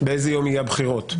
באיזו יום יהיו הבחירות,